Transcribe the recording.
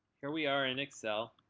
here we are in excel.